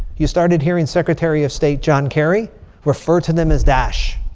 you started hearing secretary of state john kerry refer to them as dash